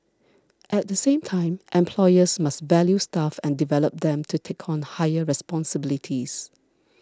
at the same time employers must value staff and develop them to take on higher responsibilities